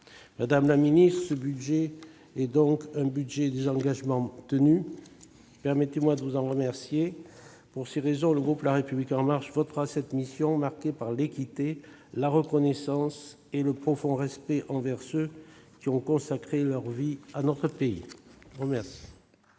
Madame la secrétaire d'État, ce budget est donc un budget des engagements tenus. Permettez-moi de vous en remercier. Pour cette raison, le groupe La République En Marche votera les crédits de cette mission marquée par l'équité, la reconnaissance et le profond respect envers ceux qui ont consacré leur vie à notre pays. La